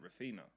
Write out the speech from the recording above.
Rafina